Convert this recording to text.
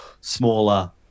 smaller